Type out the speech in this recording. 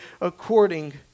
according